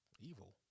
evil